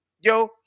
yo